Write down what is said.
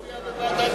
מה הוא